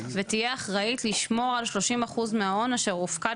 ותהיה אחראית לשמור על 30% מההון אשר הופקד